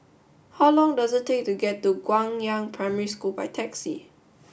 how long does it take to get to Guangyang Primary School by taxi